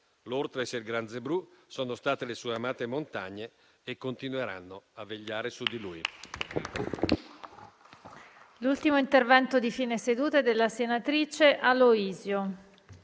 L'Ortles e il Gran Zebrù sono state le sue amate montagne e continueranno a vegliare su di lui.